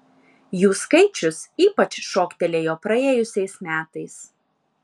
jų skaičius ypač šoktelėjo praėjusiais metais